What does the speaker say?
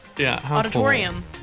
auditorium